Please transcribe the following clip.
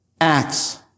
Acts